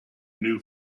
new